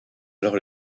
alors